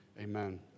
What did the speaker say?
Amen